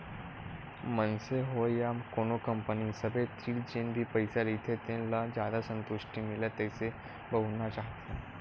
मनसे होय या कोनो कंपनी सबे तीर जेन भी पइसा रहिथे तेन ल जादा संतुस्टि मिलय तइसे बउरना चाहथे